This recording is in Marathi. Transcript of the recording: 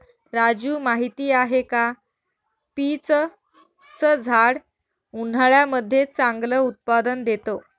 राजू माहिती आहे का? पीच च झाड उन्हाळ्यामध्ये चांगलं उत्पादन देत